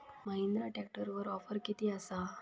महिंद्रा ट्रॅकटरवर ऑफर किती आसा?